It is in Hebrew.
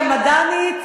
כמד"נית,